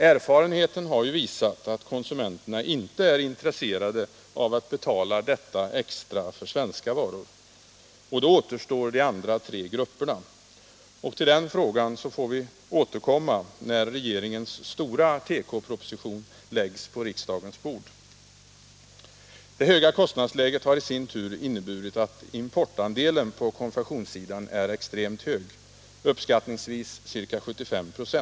Erfarenheten har visat att konsumenterna inte är intresserade av att betala detta extra för svenska varor. Då återstår de andra tre grupperna. Och till den frågan får vi återkomma när regeringens stora tekoproposition läggs på riksdagens bord. Det höga kostnadsläget har i sin tur inneburit att importandelen på konfektionssidan är extremt hög, uppskattningsvis ca 75 26.